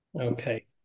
Okay